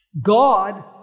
God